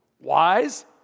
wise